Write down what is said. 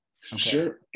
Sure